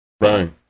Right